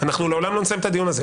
אנחנו לעולם לא נסיים את הדיון הזה.